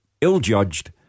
ill-judged